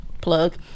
plug